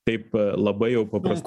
taip labai jau paprasto